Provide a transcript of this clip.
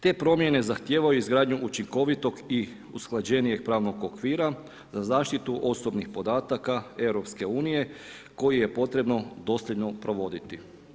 Te promjene zahtijevaju izgradnju učinkovitog i usklađenijeg pravnog okvira za zaštitu osobnih podataka EU koje je potrebno dosljedno provoditi.